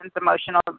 emotional